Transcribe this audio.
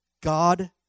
god